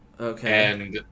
Okay